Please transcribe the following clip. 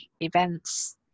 events